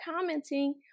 commenting